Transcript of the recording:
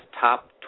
top